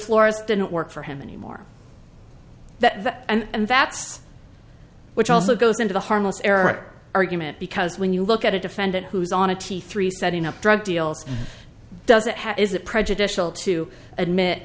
florist didn't work for him anymore that and that's which also goes into the harmless error argument because when you look at a defendant who's on a t three setting up drug deals doesn't have is it prejudicial to admit